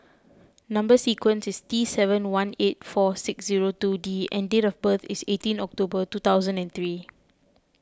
Number Sequence is T seven one eight four six zero two D and date of birth is eighteen October two thousand and three